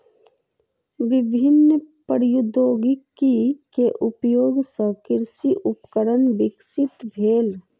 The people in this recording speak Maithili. विभिन्न प्रौद्योगिकी के उपयोग सॅ कृषि उपकरण विकसित भेल